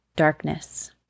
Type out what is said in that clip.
darkness